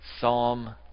Psalm